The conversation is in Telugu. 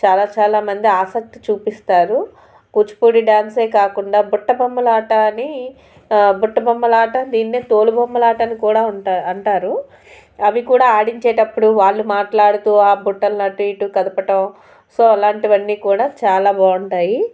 చాలా చాలా మంది ఆసక్తి చూపిస్తారు కూచిపూడి డ్యాన్సే కాకుండా బుట్ట బొమ్మలాట అని బుట్ట బొమ్మలాట దీన్నే తోలుబొమ్మలాట అని కూడా అంటా అంటారు అవి కూడా ఆడించేటప్పుడు వాళ్ళు మాట్లాడుతూ ఆ బుట్టలని అటు ఇటు కదపటం సో అలాంటివి అన్నీ కూడా చాలా బాగుంటాయి